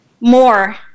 more